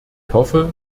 hoffe